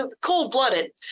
cold-blooded